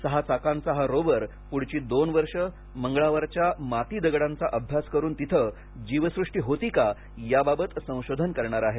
सहा चाकांचा हा रोवर पुढची दोन वर्ष मंगळावरच्या माती दगडांचा अभ्यास करून तिथे जीवसृष्टी होती का याबाबत संशोधन करणार आहे